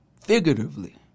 Figuratively